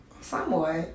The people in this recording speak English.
Somewhat